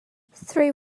three